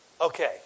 Okay